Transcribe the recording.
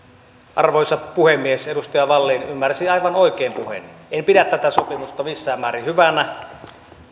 arvoisa puhemies edustaja wallin ymmärsi puheeni aivan oikein en pidä tätä sopimusta missään määrin hyvänä